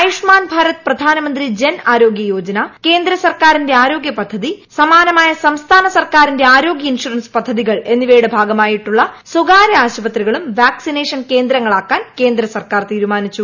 ആയുഷ്മാൻ ഭാരത് പ്രധാൻമന്ത്രി ജൻ ആരോഗ്യ യോജന കേന്ദ്ര സർക്കാരിന്റെ ആരോഗ്യ പദ്ധതി സമാനമായ സംസ്ഥാന സർക്കാരിന്റെ ആരോഗൃ ഇൻഷുറൻസ് പദ്ധതി എന്നിവയുടെ ഭാഗമായിട്ടുളള സ്വകാര്യ ആശുപത്രികളും വാക്സിനേഷൻ കേന്ദ്രങ്ങളാക്കാനും കേന്ദ്രസർക്കാർ തീരുമാനിച്ചു